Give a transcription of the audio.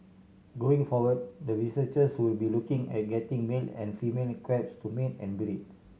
going forward the researchers will be looking at getting male and female crabs to mate and breed